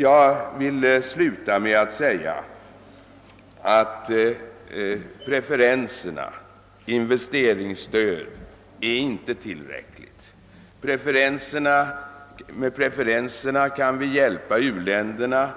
Jag vill sluta med att säga att ett investeringsstöd genom preferenser inte är tillräckligt. Med preferenser kan vi hjälpa u-länderna